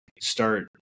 start